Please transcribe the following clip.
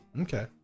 Okay